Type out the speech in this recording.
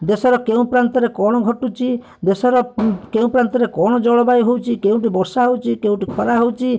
ଦେଶର କେଉଁ ପ୍ରାନ୍ତରେ କଣ ଘଟୁଛି ଦେଶର କେଉଁ ପ୍ରାନ୍ତର କଣ ଜଳବାୟୁ ହେଉଛି କେଉଁଠି ବର୍ଷା ହେଉଛି କେଉଁଠି ଖରା ହେଉଛି